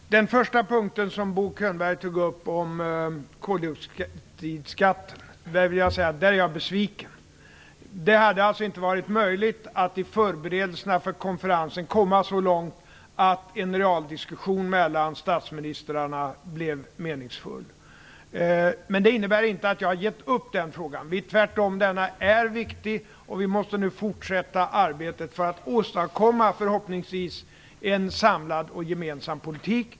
Fru talman! Beträffande den första punkten som Bo Könberg tog upp och som gäller koldioxidskatten vill jag säga att jag är besviken. Det hade inte varit möjligt att i förberedelserna för konferensen komma så långt att en realdiskussion mellan statsministrarna blev meningsfull. Men det innebär inte att jag har gett upp i den frågan. Tvärtom är den viktig, och vi måste nu fortsätta arbetet för att, förhoppningsvis, åstadkomma en samlad och gemensam politik.